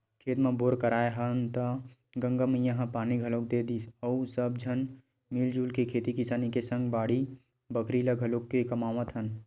खेत म बोर कराए हन त गंगा मैया ह पानी घलोक दे दिस अउ सब झन मिलजुल के खेती किसानी के सग बाड़ी बखरी ल घलाके कमावत हन